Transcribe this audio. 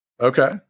Okay